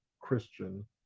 Christian